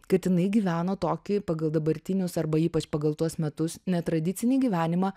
kad jinai gyveno tokį pagal dabartinius arba ypač pagal tuos metus netradicinį gyvenimą